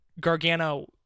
Gargano